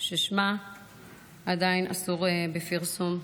ששמה עדיין אסור בפרסום.